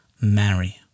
marry